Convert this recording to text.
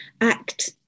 act